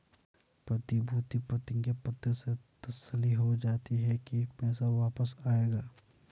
प्रतिभूति प्रतिज्ञा पत्र से तसल्ली हो जाती है की पैसा वापस आएगा